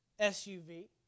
SUV